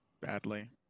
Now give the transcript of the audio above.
badly